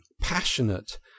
passionate